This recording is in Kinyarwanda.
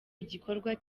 igikorwa